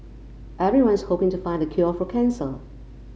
everyone's hoping to find the cure for cancer